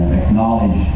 acknowledge